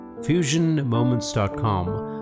FusionMoments.com